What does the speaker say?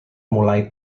mulai